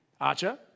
Archer